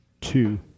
two